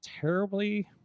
terribly